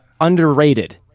underrated